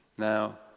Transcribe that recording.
Now